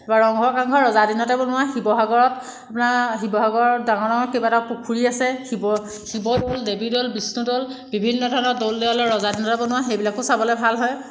তাৰপৰা ৰংঘৰ কাৰেংঘৰ ৰজাদিনতে বনোৱা শিৱসাগৰত আপোনাৰ শিৱসাগৰত ডাঙৰ ডাঙৰ কেইবাটাও পুখুৰী আছে শিৱ শিৱদৌল দেৱীদৌল বিষ্ণুদৌল বিভিন্ন ধৰণৰ দৌল দেৱালয় ৰজাদিনতে বনোৱা সেইবিলাকো চাবলৈ ভাল হয়